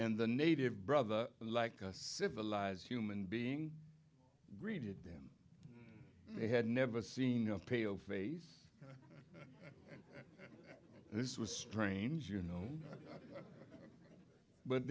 and the native brother like a civilized human being greeted them they had never seen a pale face this was strange you know but